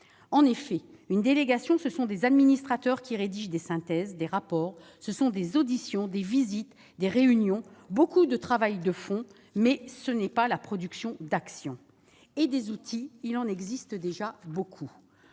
En effet, une délégation, ce sont des administrateurs qui rédigent des synthèses, des rapports, ce sont des auditions, des visites, des réunions, beaucoup de travail de fond, mais ce n'est pas la production d'actions. Et des outils, il en existe déjà beaucoup